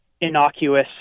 innocuous